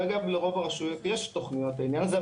ואגב, לרוב הרשויות יש תכניות לעניין הזה.